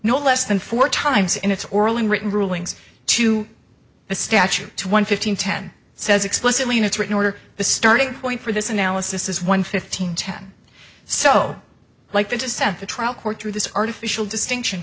no less than four times in its orally written rulings to the statute to one fifteen ten says explicitly in its written order the starting point for this analysis is one fifteen ten so like to just have the trial court through this artificial distinction